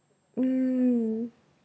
mm